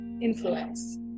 influence